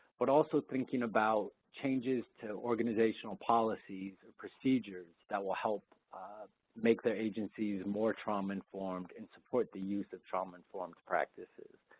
but also thinking about changes to organizational policies or procedures that will help make their agencies more trauma-informed and support the use of trauma-informed practices.